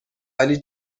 ولی